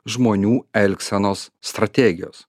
žmonių elgsenos strategijos